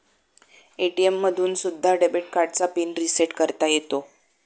ATM मधून सुद्धा debit कार्डचा पिन रिसेट करता येतो